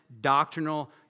doctrinal